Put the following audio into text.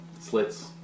slits